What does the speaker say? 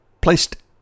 placed